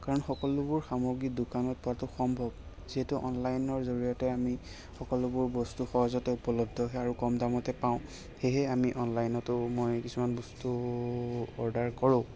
কাৰণ সকলোবোৰ সামগ্ৰী দোকানত পোৱাটো সম্ভৱ যিহেতু অনলাইনৰ জৰিয়তে আমি সকলোবোৰ বস্তু সহজতে উপলব্ধ হয় আৰু কম দামতে পাওঁ সেয়েহে আমি অনলাইনতো মই কিছুমান বস্তু অৰ্ডাৰ কৰোঁ